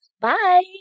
Bye